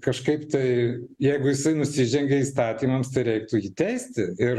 kažkaip tai jeigu jisai nusižengia įstatymams tai reiktų jį teisti ir